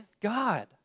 God